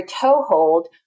toehold